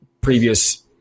previous